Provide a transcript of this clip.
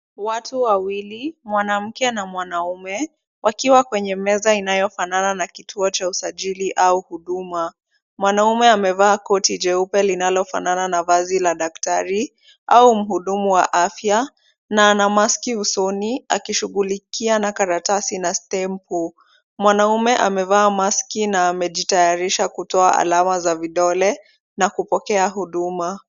Watu wawili mwanamke na mwanamume wakiwa kwenye meza inayofanana na kituo cha usajili au huduma, mwanamume amevaa koti jeupe linalofanana na vazi la daktari au mhudumu wa afya, na ana maski usoni akishughulikia na karatasi na stempu, mwanamume amevaa maski na amejitayarisha kutoa alama za vidole na kupokea huduma.